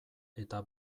eta